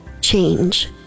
change